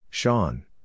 Sean